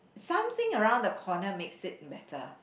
something around the corner makes it better